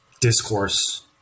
discourse